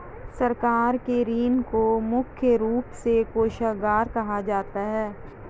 सरकार के ऋण को मुख्य रूप से कोषागार कहा जाता है